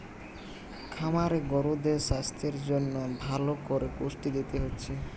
খামারে গরুদের সাস্থের জন্যে ভালো কোরে পুষ্টি দিতে হচ্ছে